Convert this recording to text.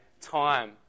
time